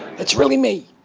it's really me.